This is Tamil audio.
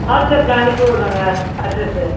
வாட்ஸப்பில் அனுப்பி விடுறேங்க அட்ரஸு